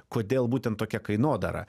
kodėl būtent tokia kainodara